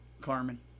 carmen